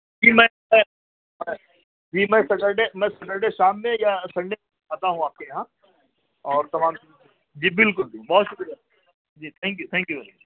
جی میں میں جی میں سٹرڈے میں سٹرڈے شام میں یا سنڈے کو آتا ہوں آپ کے یہاں اور تمام چیزیں جی بالکل بہت شکریہ جی تھینک یو تھینک یو